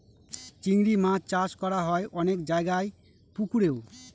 চিংড়ি মাছ চাষ করা হয় অনেক জায়গায় পুকুরেও